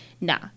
Nah